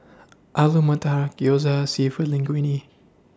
Alu Matar Gyoza Seafood Linguine